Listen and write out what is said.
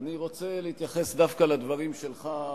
אני רוצה להתייחס דווקא לדברים שלך,